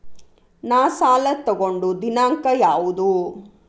ನಾ ಸಾಲ ತಗೊಂಡು ದಿನಾಂಕ ಯಾವುದು?